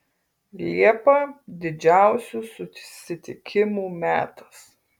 liepa didžiausių susitikimų metas